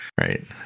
Right